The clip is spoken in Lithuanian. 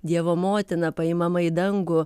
dievo motina paimama į dangų